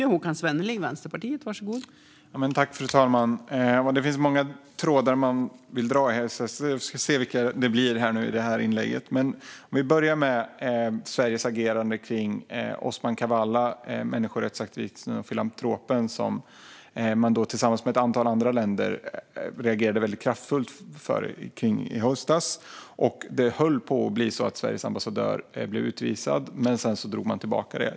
Fru talman! Det finns många trådar man vill dra i här, så jag får se vilka det blir i mitt inlägg. Vi börjar med Sveriges agerande när det gäller Osman Kavala, människorättsaktivisten och filantropen, som man tillsammans med ett antal andra länder reagerade väldigt kraftfullt kring i höstas. Det höll på att bli så att Sveriges ambassadör blev utvisad, men sedan drogs detta tillbaka.